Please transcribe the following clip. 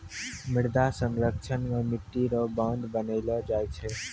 मृदा संरक्षण मे मट्टी रो बांध बनैलो जाय छै